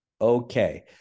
Okay